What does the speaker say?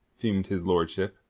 fumed his lordship.